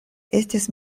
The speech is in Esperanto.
estis